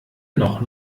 noch